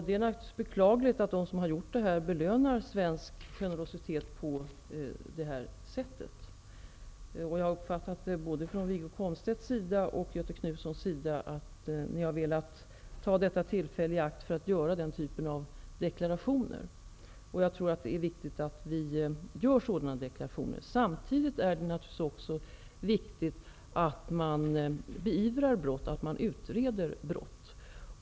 Det är naturligtvis beklagligt att de som har gjort sig skyldiga till detta belönar svensk generositet på detta sätt. Jag har uppfattat att både Wiggo Komstedt och Göthe Knutsson har velat ta detta tillfälle i akt för att göra den typen av deklarationer. Jag tror att det är viktigt att vi gör sådana deklarationer. Samtidigt är det naturligtvis också viktigt att man utreder och beivrar brott.